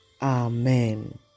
Amen